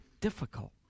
difficult